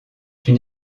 une